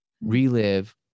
relive